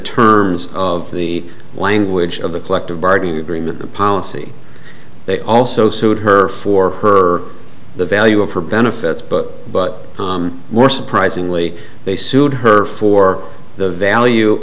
terms of the language of the collective bargaining agreement the policy they also sued her for her the value of her benefits but but more surprisingly they sued her for the value